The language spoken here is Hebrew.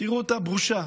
תראו את הבושה.